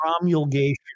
promulgation